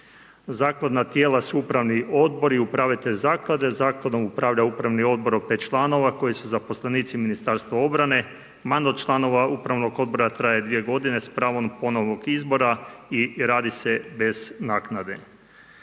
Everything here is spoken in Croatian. Zakladna tijela su upravni odbori i upravitelj zaklade. Zakladom upravlja upravni odbor od 5 članova koji su zaposlenici Ministarstva obrane. Mandat članova upravnog odbora traje 2 godine s pravom ponovnog izbora i radi se bez naknade.